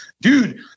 dude